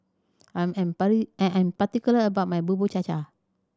I'm I am particular about my Bubur Cha Cha